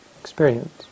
experience